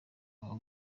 abo